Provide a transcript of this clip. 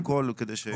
בבקשה.